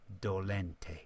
dolente